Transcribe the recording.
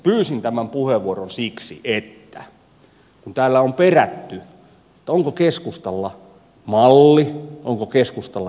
pyysin tämän puheenvuoron siksi kun täällä on perätty onko keskustalla malli onko keskustalla joku vaihtoehto